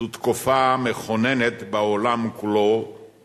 זו תקופה מכוננת בעולם כולו